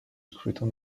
scrutin